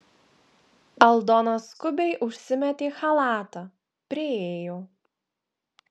aldona skubiai užsimetė chalatą priėjo